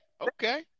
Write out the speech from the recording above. okay